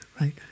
Right